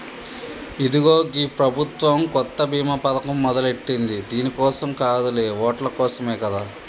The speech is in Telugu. ఇదిగో గీ ప్రభుత్వం కొత్త బీమా పథకం మొదలెట్టింది దీని కోసం కాదులే ఓట్ల కోసమే కదా